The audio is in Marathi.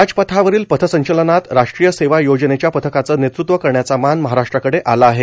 राजपथावरील पथसंचलनात राष्ट्रीय सेवा योजनेच्या पथकाचं नेतृत्व करण्याचा मान महाराष्ट्राकडे आला आहे